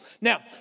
Now